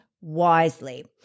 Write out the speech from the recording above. wisely